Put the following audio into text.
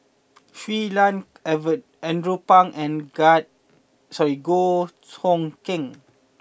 Shui Lan avert Andrew Phang and Goh Hood Keng